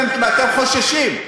אתם חוששים.